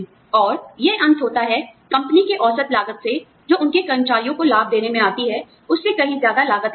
और यह अंत होता है कंपनी के औसत लागत से जो उनके कर्मचारियों को लाभ देने में आती है उससे कहीं ज्यादा लागत लगने में